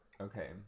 Okay